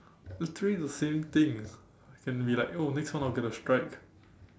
actually the same thing can be like oh next time I'll get a strike